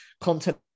content